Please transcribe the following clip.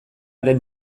den